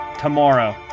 tomorrow